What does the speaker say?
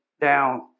down